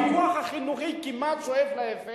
הפיקוח החינוכי כמעט שואף לאפס,